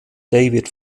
david